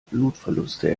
blutverluste